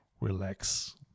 relax